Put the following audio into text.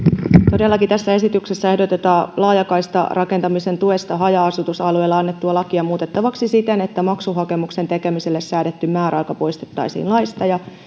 todellakin tässä esityksessä ehdotetaan laajakaistarakentamisen tuesta haja asutusalueilla annettua lakia muutettavaksi siten että maksuhakemuksen tekemiselle säädetty määräaika poistettaisiin laista